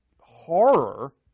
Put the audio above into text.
horror